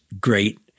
great